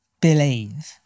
believe